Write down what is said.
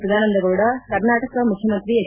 ಸದಾನಂದಗೌಡ ಕರ್ನಾಟಕ ಮುಖ್ಯಮಂತ್ರಿ ಹೆಚ್